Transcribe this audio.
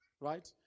right